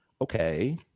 okay